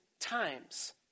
times